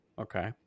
Okay